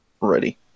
ready